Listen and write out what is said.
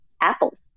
apples